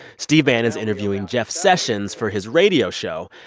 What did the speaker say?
steve bannon is interviewing jeff sessions for his radio show,